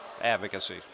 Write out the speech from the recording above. advocacy